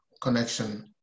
connection